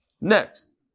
Next